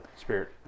Spirit